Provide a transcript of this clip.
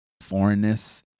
foreignness